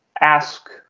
ask